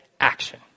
action